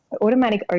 automatic